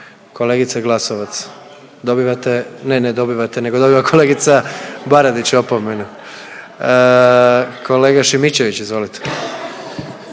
Kolegice Glasovac, dobivate, ne, ne dobivate nego dobiva kolegica Baradić opomenu. Kolega Šimičević, izvolite.